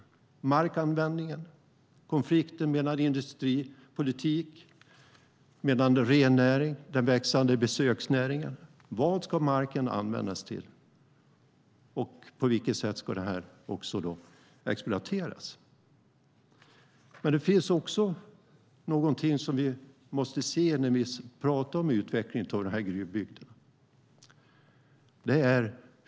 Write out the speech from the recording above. Det handlar om markanvändningen och om konflikten mellan industripolitik, rennäringen och den växande besöksnäringen. Vad ska marken användas till, och på vilket sätt ska den exploateras? Det finns även något annat som vi måste se när vi talar om utvecklingen av gruvbygderna.